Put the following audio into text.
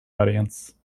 audience